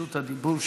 רשות הדיבור שלך.